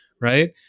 Right